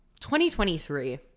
2023